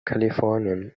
kalifornien